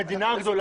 המדינה הגדולה?